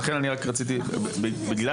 בגלל